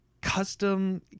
custom